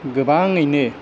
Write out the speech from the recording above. गोबाङैनो